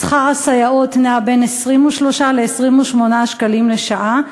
שכר הסייעות נע בין 23 ל-28 שקלים לשעה,